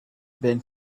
been